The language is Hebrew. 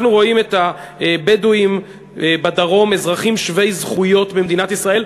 אנחנו רואים את הבדואים בדרום אזרחים שווי זכויות במדינת ישראל.